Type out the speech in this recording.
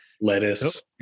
lettuce